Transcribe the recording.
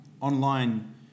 online